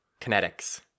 Kinetics